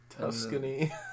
Tuscany